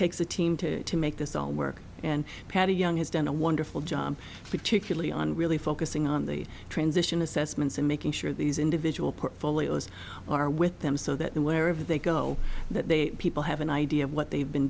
takes a team to to make this all work and patty young has done a wonderful job particularly on really focusing on the transition assessments and making sure these individual portfolios are with them so that wherever they go that they people have an idea of what they've been